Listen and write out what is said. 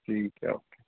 ठीक है ओके